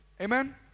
Amen